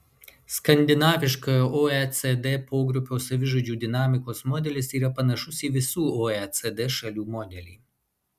skandinaviškojo oecd pogrupio savižudybių dinamikos modelis yra panašus į visų oecd šalių modelį